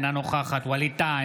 אינה נוכחת ווליד טאהא,